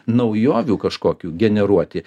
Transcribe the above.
naujovių kažkokių generuoti